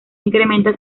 incrementa